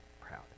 proud